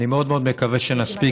אני מאוד מאוד מקווה שנספיק,